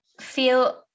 feel